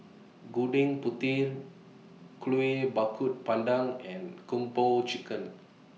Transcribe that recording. Gudeg Putih Kuih Bakar Pandan and Kung Po Chicken